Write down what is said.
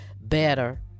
better